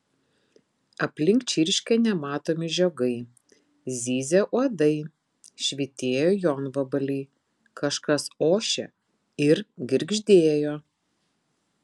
aplink čirškė nematomi žiogai zyzė uodai švytėjo jonvabaliai kažkas ošė ir girgždėjo